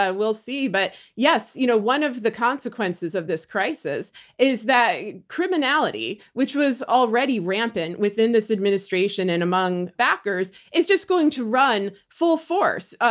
ah we'll see, but yes you know one of the consequences of this crisis is that criminality, which was already rampant within this administration and among backers, is just going to run full force.